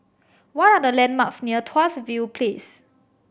what are the landmarks near Tuas View Place